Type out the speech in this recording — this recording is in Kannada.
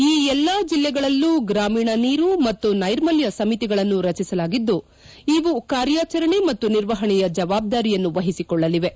ಈ ಎಲ್ಲಾ ಜಿಲ್ಲೆಗಳಲ್ಲೂ ಗ್ರಾಮೀಣ ನೀರು ಮತ್ತು ನೈರ್ಮಲ್ಯ ಸಮಿತಿಗಳನ್ನು ರಚಿಸಲಾಗಿದ್ದು ಇವು ಕಾರ್ಯಾಚರಣೆ ಮತ್ತು ನಿರ್ವಹಣೆಯ ಜವಾಬ್ದಾರಿಯನ್ನು ವಹಿಸಿಕೊಳ್ಳಲಿವೆ